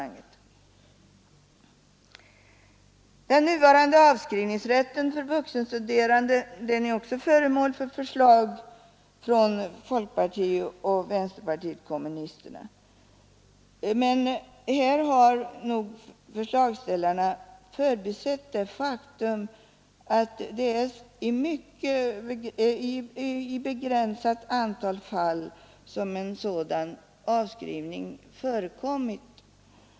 Den nuvarande avskrivningsrätten för vuxenstuderande är också föremål för förslag från folkpartiet och vänsterpartiet kommunisterna. Men här har nog förslagsställarna förbisett det faktum att det är i ett begränsat antal fall som en sådan avskrivning förekommit.